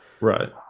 Right